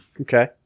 Okay